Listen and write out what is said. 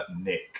nick